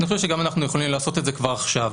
חושב שגם אנחנו יכולים לעשות את זה כבר עכשיו.